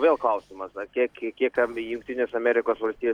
vėl klausimas ant kiek kiek kam jungtinės amerikos valstijos